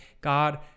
God